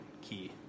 key